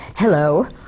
Hello